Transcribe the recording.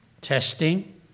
testing